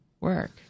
work